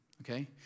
okay